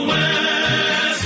West